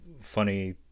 funny